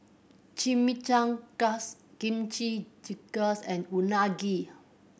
Chimichangas Kimchi Jjigae and Unagi